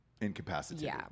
incapacitated